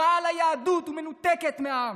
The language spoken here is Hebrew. רעה ליהדות ומנותקת מהעם.